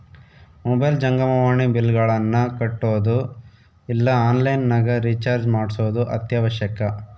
mobile ಜಂಗಮವಾಣಿ ಬಿಲ್ಲ್ಗಳನ್ನ ಕಟ್ಟೊದು ಇಲ್ಲ ಆನ್ಲೈನ್ ನಗ ರಿಚಾರ್ಜ್ ಮಾಡ್ಸೊದು ಅತ್ಯವಶ್ಯಕ